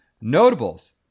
Notables